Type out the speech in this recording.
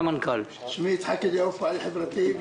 לאנשים הקטנים ויראה במה הם טובים.